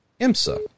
IMSA